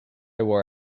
war